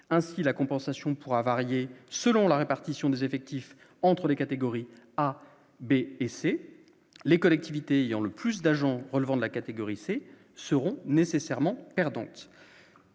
ainsi la compensation pourra varier selon la répartition des effectifs entre les catégories A, B et C, les collectivités ayant le plus d'agents relevant de la catégorie C seront nécessairement perdante.